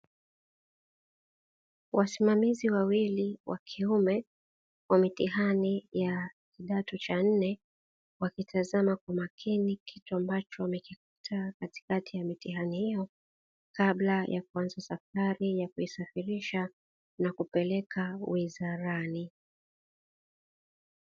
Wasimamizi wawili wa kiume wa mitihani ya kidato cha nne, wakitazama kwa makini kitu ambacho wamekikuta katikati ya mitihani hiyo, kabla ya kuanza safari ya kuisafirisha na kupeleka wizarani.